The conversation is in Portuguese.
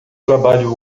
trabalho